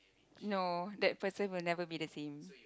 no that person will never be the same